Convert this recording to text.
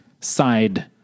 side